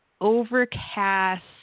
overcast